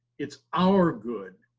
it's our good!